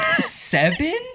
seven